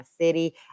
city